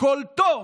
הכול טוב.